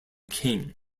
king